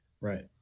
Right